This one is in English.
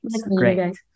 Great